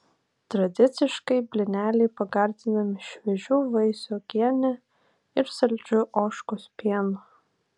tradiciškai blyneliai pagardinami šviežių vaisių uogiene ir saldžiu ožkos pienu